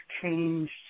changed